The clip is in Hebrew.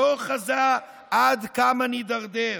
לא חזה עד כמה נידרדר.